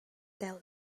delio